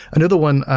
another one,